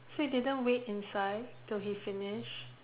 so you didn't wait inside till he finish